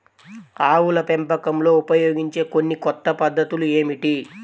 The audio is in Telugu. ఆవుల పెంపకంలో ఉపయోగించే కొన్ని కొత్త పద్ధతులు ఏమిటీ?